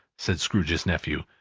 said scrooge's nephew.